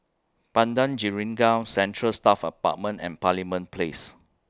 Padang Jeringau Central Staff Apartment and Parliament Place